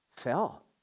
fell